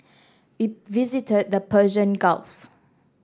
we visited the Persian Gulf